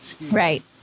Right